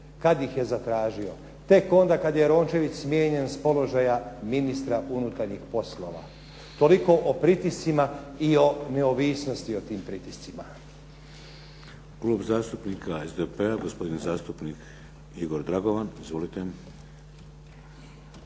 Kada ih je zatražio? Tek onda kada je Rončević smijenjen sa položaja ministra unutarnjih poslova. Toliko o pritiscima i o neovisnosti o tim pritiscima. **Šeks, Vladimir (HDZ)** Klub zastupnika SDP-a, gospodin zastupnik Igor Dragovan. Izvolite.